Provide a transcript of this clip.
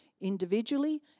individually